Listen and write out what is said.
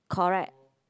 correct